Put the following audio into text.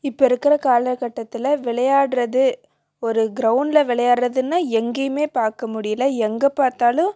இப்போ இருக்கிற காலகட்டத்தில் விளையாட்றது ஒரு கிரௌண்ட்டில் விளையாடுறதுன்னா எங்கேயுமே பார்க்க முடியல எங்கே பார்த்தாலும்